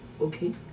Okay